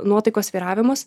nuotaikos svyravimus